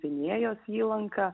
gvinėjos įlanka